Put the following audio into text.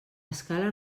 escala